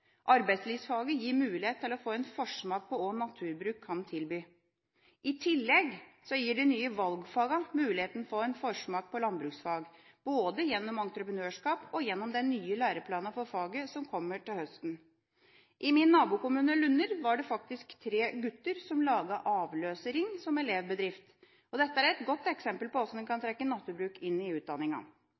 Arbeidslivsfaget gir mulighet til å få en forsmak på hva naturbruk kan tilby. I tillegg gir de nye valgfagene mulighet for en forsmak på landbruksfag, både gjennom entreprenørskap og de nye læreplanene for faget, som kommer til høsten. I min nabokommune, Lunner, var det faktisk tre gutter som laget avløserring som elevbedrift. Dette er et godt eksempel på hvordan man kan trekke naturbruk inn i utdanninga.